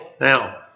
Now